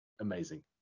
amazing